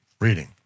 reading